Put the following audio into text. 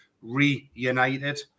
reunited